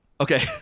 Okay